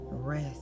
Rest